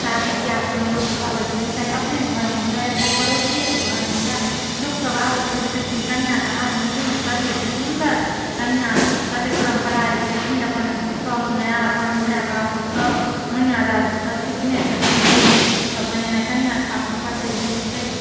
शादी बिआहसबमे लोकसभ आबै छथिन चाहे अपने घरमे हुअए चाहे पड़ोसिएके घरमे हुअए लोकसभ आबै छथिन तऽ कहै छथिन कनिआँके हाथमे लुरि कतेक छै सुन्दर कनिआँ कतेक पारम्परिक छथिन अपन सौस माइ अपन माइ बापसँ मइआँ दादीसँ सिखने छथिन नीक नीक चीजसब बनेने कनिआँके पासमे कतेक लुरि छै